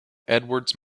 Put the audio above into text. edwards